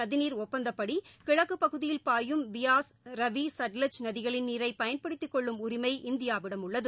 நதிநீர் ஒப்பந்தபடி கிழக்குப் பகுதியில் பாயும் பியாஸ் ரவி சட்லஜ் நதிகளின் நீரை சிந்து பயன்படுத்திக்கொள்ளும் உரிமை இந்தியாவிடம் உள்ளது